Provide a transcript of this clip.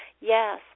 Yes